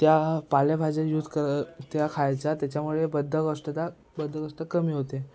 त्या पालेभाज्या यूज कर त्या खायच्या त्याच्यामुळे बद्धकोष्ठता बद्धकोष्ठता कमी होते